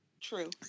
True